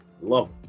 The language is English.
love